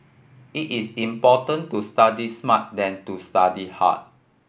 it is important to study smart than to study hard